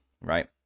right